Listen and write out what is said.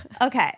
Okay